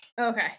okay